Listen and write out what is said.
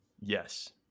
Yes